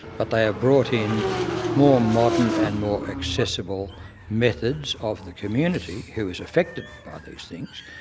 but they are brought in more modern and more accessible methods of the community who is affected by these things,